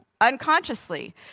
unconsciously